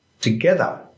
together